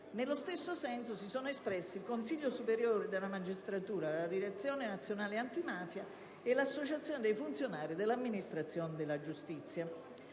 Nello stesso senso si sono espressi il Consiglio superiore della magistratura, la Direzione nazionale antimafia e l'Associazione dei funzionari dell'amministrazione della giustizia.